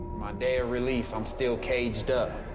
my day of release, i'm still caged up,